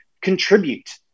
contribute